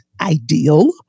ideal